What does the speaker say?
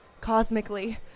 cosmically